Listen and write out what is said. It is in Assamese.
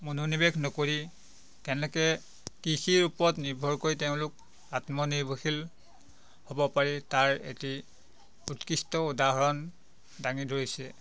মনোনিৱেশ নকৰি কেনেকৈ কৃষিৰ ওপৰত নিৰ্ভৰ কৰি তেওঁলোক আত্মনিৰ্ভৰশীল হ'ব পাৰি তাৰ এটি উৎকৃষ্ট উদাহৰণ দাঙি ধৰিছে